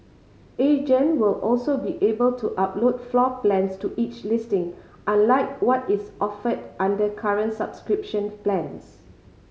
agent will also be able to upload floor plans to each listing unlike what is offered under current subscription plans